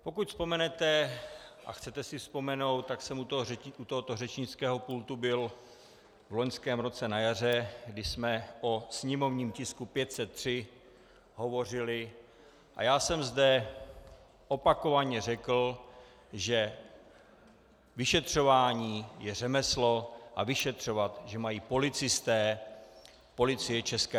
Pokud vzpomenete a chcete si vzpomenout, tak jsem u tohoto řečnického pultu byl v loňském roce na jaře, když jsme o sněmovním tisku 503 hovořili a já jsem zde opakovaně řekl, že vyšetřování je řemeslo a vyšetřovat že mají policisté, Policie ČR.